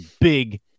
big